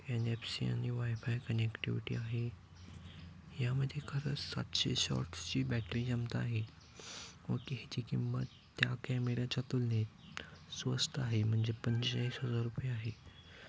N F C wifi वायफाय कनेक्टिवटी आहे यामध्ये खरंच सातशे शॉट्सची बॅटरी क्षमता आहे व त्याची किंमत त्या कॅमेऱ्याच्या तुलनेत स्वस्त आहे म्हणजे पंचेचाळीस हजार रुपये आहे